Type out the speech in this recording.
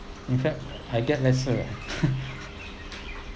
in fact I get lesser